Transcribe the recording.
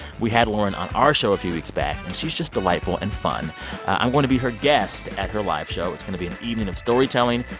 we had lauren on our show a few weeks back, and she's just delightful and fun i'm going to be her guest at her live show. it's going to be an evening of storytelling,